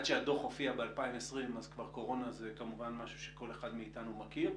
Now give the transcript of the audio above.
עד שהדוח הופיע ב-2020 כבר קורונה זה כמובן משהו שכל אחד מאיתנו מכיר,